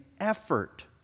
effort